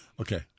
Okay